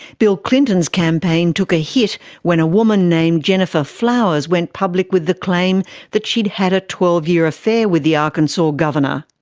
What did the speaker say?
bill clinton's campaign took a hit when a woman named gennifer flowers went public with the claim that she'd had a twelve year affair with the arkansas governor.